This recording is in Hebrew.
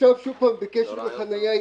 בקשר לחניה אישית,